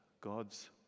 God's